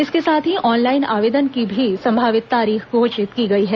इसके साथ ही ऑनलाइन आवेदन की भी संभावित तारीख घोषित की गई है